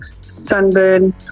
sunburn